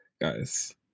guys